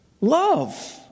love